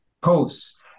posts